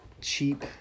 cheap